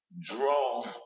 draw